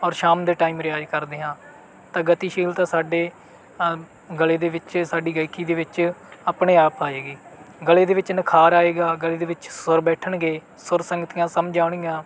ਔਰ ਸ਼ਾਮ ਦੇ ਟਾਇਮ ਰਿਆਜ਼ ਕਰਦੇ ਹਾਂ ਤਾਂ ਗਤੀਸ਼ੀਲਤਾ ਸਾਡੇ ਗਲੇ ਦੇ ਵਿੱਚ ਸਾਡੀ ਗਾਇਕੀ ਦੇ ਵਿੱਚ ਆਪਣੇ ਆਪ ਆਏਗੀ ਗਲੇ ਦੇ ਵਿੱਚ ਨਿਖਾਰ ਆਏਗਾ ਗਲੇ ਦੇ ਵਿੱਚ ਸੁਰ ਬੈਠਣਗੇ ਸੁਰ ਸੰਗਤੀਆਂ ਸਮਝ ਆਉਣਗੀਆਂ